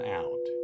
out